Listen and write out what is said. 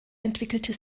entwickelte